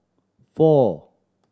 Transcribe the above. four